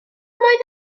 oedd